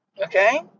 Okay